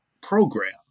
program